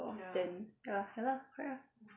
then ya ya lah correct ah